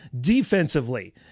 defensively